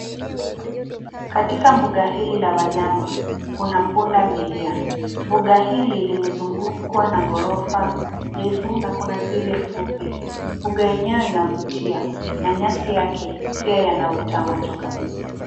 Katika mbuga hili la wanyama, kuna pundamilia. Mbuga hili limezungukwa na ghorofa refu na kuna zile fupi. Mbuga yenyewe inavutia na nyasi yake pia yanavuta macho kabisa.